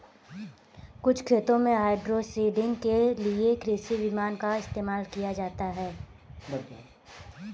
कुछ खेतों में हाइड्रोसीडिंग के लिए कृषि विमान का इस्तेमाल किया जाता है